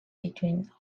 between